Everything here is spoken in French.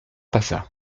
passa